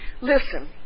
listen